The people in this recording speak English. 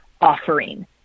offering